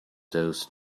those